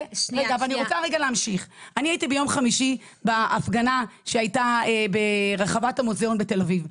אני הייתי ביום חמישי בהפגנה שהייתה ברחבת המוזאון בתל אביב.